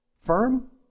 firm